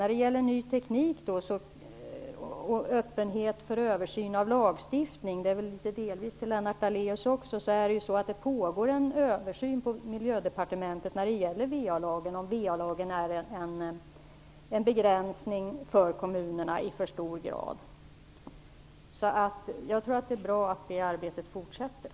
När det gäller ny teknik och öppenhet för översyn av lagstiftning - detta riktar jag delvis också till Lennart Daléus - pågår det en översyn på Miljödepartementet om VA-lagen i för stor grad innebär en begränsning för kommunerna. Jag tror att det är bra att det arbetet fortsätter.